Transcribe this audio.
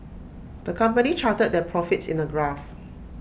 the company charted their profits in A graph